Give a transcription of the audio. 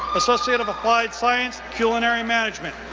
associate of applied science, culinary management,